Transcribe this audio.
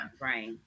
Right